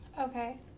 Okay